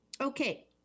Okay